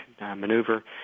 maneuver